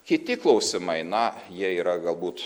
kiti klausimai na jie yra galbūt